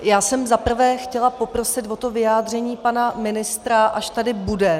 Já jsem za prvé chtěla poprosit o to vyjádření pana ministra, až tady bude.